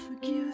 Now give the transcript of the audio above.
forgive